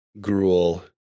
Gruel